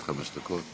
עד חמש דקות.